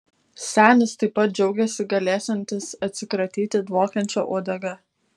senis taip pat džiaugėsi galėsiantis atsikratyti dvokiančia uodega